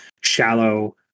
shallow